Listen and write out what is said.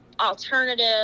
alternative